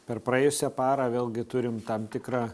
per praėjusią parą vėlgi turim tam tikrą